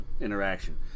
interaction